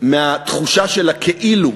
מהתחושה של ה"כאילו",